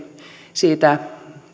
siitä